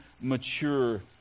mature